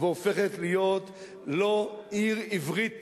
והופכת להיות לא עיר עברית